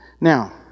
Now